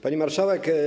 Pani Marszałek!